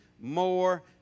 more